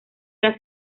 era